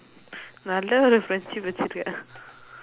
நல்ல ஒரு:nalla oru friendship வச்சிருக்கேன்:vachsirukkeen